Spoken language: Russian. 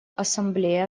ассамблея